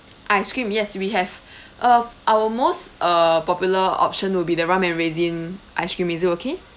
ice cream yes we have uh our most uh popular option will be the rum and raisin ice cream is it okay